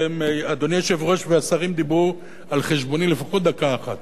אדוני היושב-ראש והשרים דיברו על חשבוני לפחות דקה אחת,